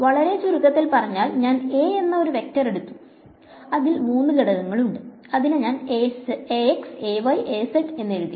വളരെ ചുരുക്കത്തിൽ പറഞ്ഞാൽ ഞാൻ A എന്ന ഒരു വെക്ടർ എടുത്തു അതിന് മൂന്ന് ഘടകങ്ങൾ ഉണ്ട് അതിനെ ഞാൻ Ax Ay Az എന്നെഴുതി